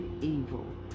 evil